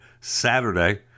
Saturday